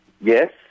Yes